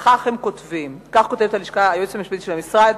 וכך כותבת היועצת המשפטית של המשרד,